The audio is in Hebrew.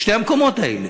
בשני המקומות האלה.